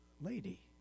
lady